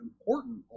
important